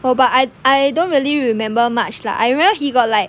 oh but I I don't really remember much lah I remember he got like